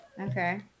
Okay